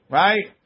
right